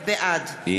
בעד.